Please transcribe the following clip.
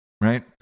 right